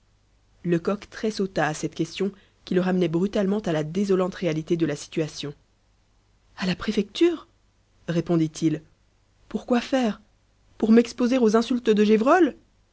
lecoq tressauta à cette question qui le ramenait brutalement à la désolante réalité de la situation à la préfecture répondit-il pourquoi faire pour m'exposer aux insultes de